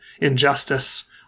injustice